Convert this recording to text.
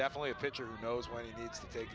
definitely a pitcher knows when he